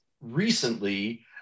recently